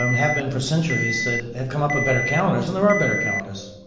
um have been for centuries, that have come up with better calendars, and there are better calendars